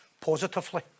positively